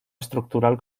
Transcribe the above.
estructural